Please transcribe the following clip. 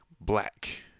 Black